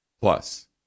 Plus